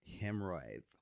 Hemorrhoids